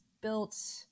built